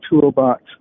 Toolbox